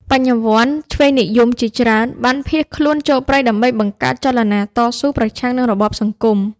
បញ្ញវន្តឆ្វេងនិយមជាច្រើនបានភៀសខ្លួនចូលព្រៃដើម្បីបង្កើតចលនាតស៊ូប្រឆាំងនឹងរបបសង្គម។